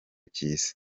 cy’isi